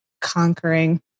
conquering